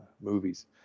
movies